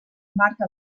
marca